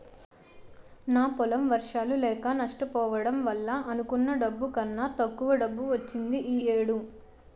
నా పొలం వర్షాలు లేక నష్టపోవడం వల్ల అనుకున్న డబ్బు కన్నా తక్కువ డబ్బు వచ్చింది ఈ ఏడు